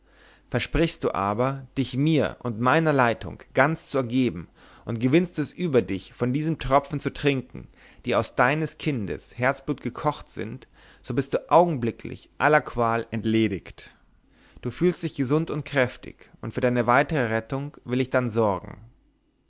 versprichst du aber dich mir und meiner leitung ganz zu ergeben und gewinnst du es über dich von diesen tropfen zu trinken die aus deines kindes herzblut gekocht sind so bist du augenblicklich aller qual entledigt du fühlst dich gesund und kräftig und für deine weitere rettung will ich dann sorgen